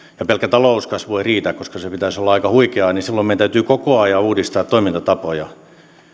pelkkä talouskasvu ei riitä koska sen pitäisi olla aika huikeaa silloin meidän täytyy koko ajan uudistaa toimintatapoja